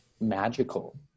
magical